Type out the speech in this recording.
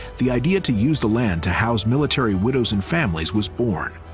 the idea to use the land to house military widows and families was born,